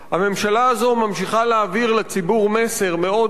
הממשלה הזאת ממשיכה להעביר לציבור מסר מאוד-מאוד